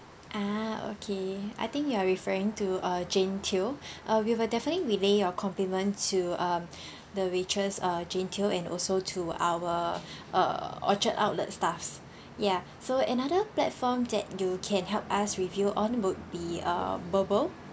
ah okay I think you are referring to uh jane teoh err we will definitely relay your compliment to um the waitress uh jane teoh and also to our uh orchard outlet staffs ya so another platform that you can help us review on would be uh burpple